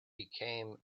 became